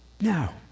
Now